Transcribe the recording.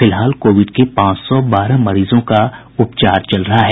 फिलहाल कोविड के पांच सौ बारह मरीजों का उपचार चल रहा है